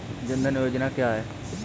जनधन योजना क्या है?